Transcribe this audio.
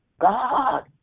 God